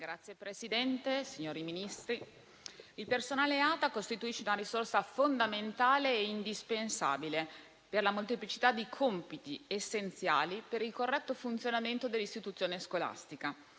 il personale ATA costituisce una risorsa fondamentale e indispensabile per la molteplicità di compiti essenziali per il corretto funzionamento dell'istituzione scolastica.